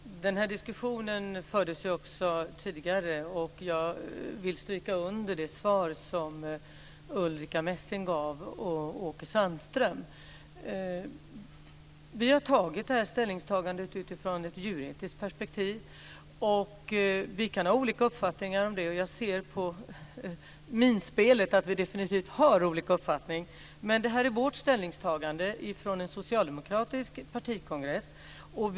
Fru talman! Denna diskussion fördes också tidigare. Jag vill stryka under det svar som Ulrica Messing gav Åke Sandström. Vi har gjort detta ställningstagande utifrån ett djuretiskt perspektiv. Vi kan ha olika uppfattningar om det, och jag ser på Jeppe Johnssons minspel att vi definitivt har olika uppfattning. Men det är den socialdemokratiska partikongressens ställningstagande.